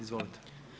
Izvolite.